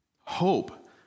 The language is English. Hope